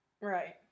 Right